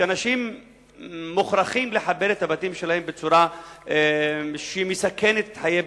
שאנשים מוכרחים לחבר את הבתים שלהם בצורה שמסכנת חיי בני-אדם.